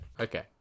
Okay